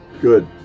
Good